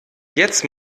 jetzt